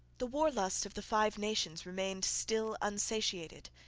the war-lust of the five nations remained still unsatiated.